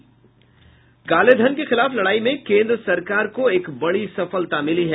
कालेधन के खिलाफ लड़ाई में केंद्र सरकार को एक बड़ी सफलता मिली है